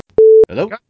hello